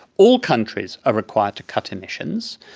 all countries are required to cut emissions,